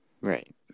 Right